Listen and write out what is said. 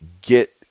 get